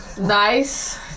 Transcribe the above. Nice